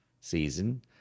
season